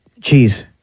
cheese